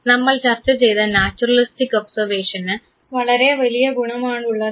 നമ്മൾ ചർച്ച ചെയ്ത നാച്ചുറലിസ്റ്റിക് ഒബ്സർവേഷവേഷന് വളരെ വലിയ ഗുണമാണുള്ളത്